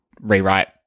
rewrite